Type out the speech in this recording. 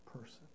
person